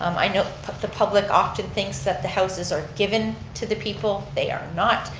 um i know the public often thinks that the houses are given to the people, they are not.